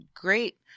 great